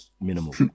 minimal